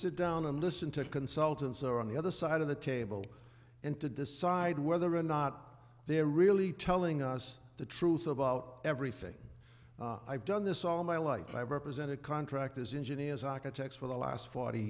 sit down and listen to consultants are on the other side of the table and to decide whether or not they're really telling us the truth about everything i've done this all my life i've represented contractors engineers architects for the last forty